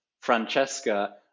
Francesca